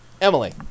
Emily